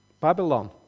Babylon